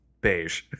Beige